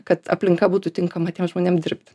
kad aplinka būtų tinkama tiem žmonėm dirbti